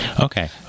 Okay